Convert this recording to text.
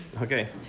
okay